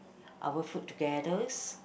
our food together